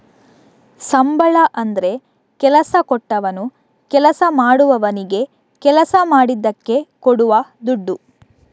ಸಂಬಳ ಅಂದ್ರೆ ಕೆಲಸ ಕೊಟ್ಟವನು ಕೆಲಸ ಮಾಡುವವನಿಗೆ ಕೆಲಸ ಮಾಡಿದ್ದಕ್ಕೆ ಕೊಡುವ ದುಡ್ಡು